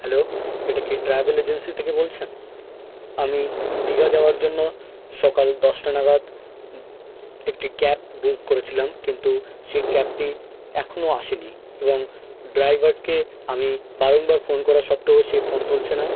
hello এটা কি travel agency থেকে বলছেন আমি দীঘা যাওয়ার জন্য সকাল দশটা নাগাদ একটি ক্যাব বুক করেছিলাম কিন্তু সেই ক্যাবটি এখনও আসেনি এবং ড্রাইভারকে আমি বারংবার ফোন করা সত্ত্বেও সে ফোন তুলছে না